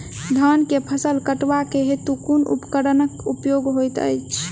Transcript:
धान केँ फसल कटवा केँ हेतु कुन उपकरणक प्रयोग होइत अछि?